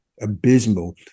abysmal